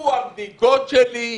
הוא הבדיקות שלי.